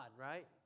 right